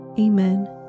Amen